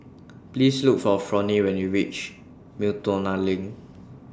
Please Look For Fronnie when YOU REACH Miltonia LINK